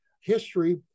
history